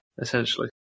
essentially